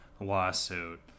lawsuit